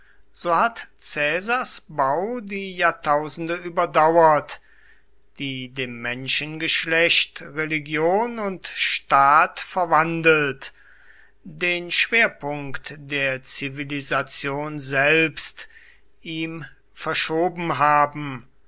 so hat caesars bau die jahrtausende überdauert die dem menschengeschlecht religion und staat verwandelt den schwerpunkt der zivilisation selbst ihm verschoben haben